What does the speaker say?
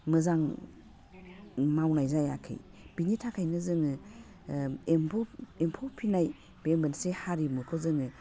मोजां मावनाय जायाखै बिनि थाखायनो जोङो एम्फौ एम्फौ फिसिनाय बे मोनसे हारिमुखौ जोङो